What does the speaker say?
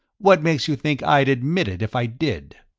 what makes you think i'd admit it if i did?